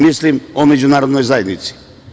Mislim o Međunarodnoj zajednici.